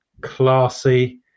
classy